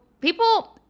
people